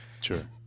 sure